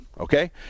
Okay